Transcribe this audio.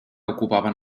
ocupaven